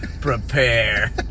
Prepare